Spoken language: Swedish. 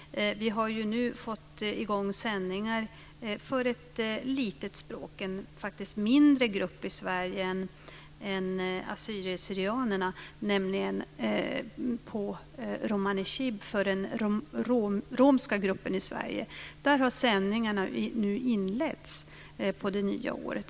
Vi har ju nu fått i gång sändningar för ett litet språk, faktiskt för en mindre grupp i Sverige än assyrier/syrianer, nämligen på romani för den romska gruppen i Sverige. Dessa sändningar har nu inletts på det nya året.